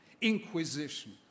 inquisition